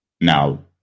Now